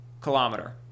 kilometer